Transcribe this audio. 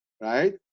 right